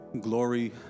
glory